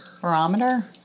Barometer